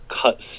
cut